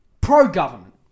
Pro-government